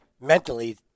mentally—